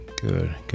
good